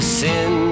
sin